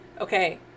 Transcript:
Okay